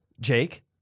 Jake